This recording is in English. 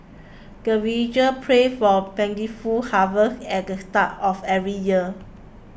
the villagers pray for plentiful harvest at the start of every year